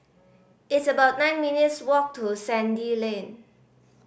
it's about nine minutes' walk to Sandy Lane